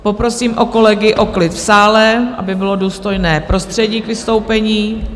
Poprosím kolegy o klid v sále, aby bylo důstojné prostředí k vystoupení.